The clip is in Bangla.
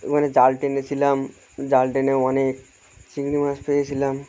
ওখানে জাল টেনেছিলাম জাল টেনে অনেক চিংড়ি মাছ পেয়েছিলাম